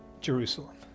Jerusalem